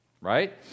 right